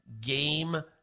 game